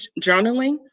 journaling